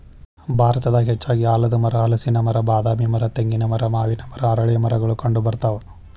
ಭಾರತದಾಗ ಹೆಚ್ಚಾಗಿ ಆಲದಮರ, ಹಲಸಿನ ಮರ, ಬಾದಾಮಿ ಮರ, ತೆಂಗಿನ ಮರ, ಮಾವಿನ ಮರ, ಅರಳೇಮರಗಳು ಕಂಡಬರ್ತಾವ